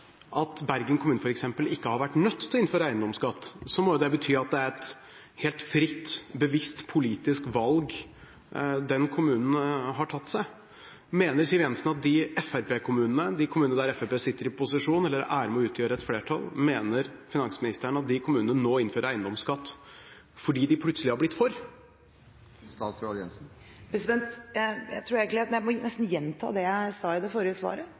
f.eks. Bergen kommune ikke har vært nødt til å innføre eiendomsskatt, må jo det bety at det er et helt fritt, bevisst politisk valg den kommunen har tatt. Mener finansminister Siv Jensen at de kommunene der Fremskrittspartiet sitter i posisjon eller er med og utgjør et flertall, nå innfører eiendomsskatt fordi de plutselig har blitt for? Jeg tror jeg nesten må gjenta det jeg sa i det forrige svaret: